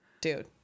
Dude